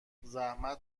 زحمت